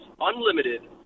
unlimited